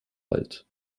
wald